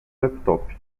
laptop